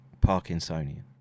parkinsonian